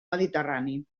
mediterrani